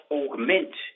augment